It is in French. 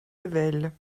ayvelles